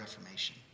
Reformation